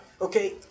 Okay